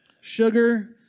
Sugar